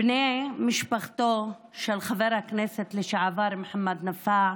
בני משפחתו של חבר הכנסת לשעבר מוחמד נפאע,